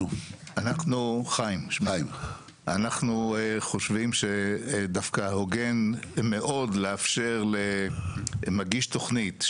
אנחנו דווקא חושבים שהוגן מאוד לאפשר למגיש תוכנית,